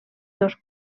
dos